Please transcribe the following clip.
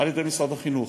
על-ידי משרד החינוך,